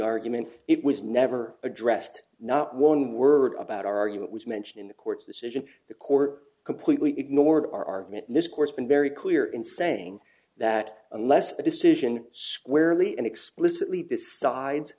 argument it was never addressed not one word about r u it was mentioned in the court's decision the court completely ignored our argument in this course been very clear in saying that unless the decision squarely and explicitly decides